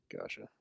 Gotcha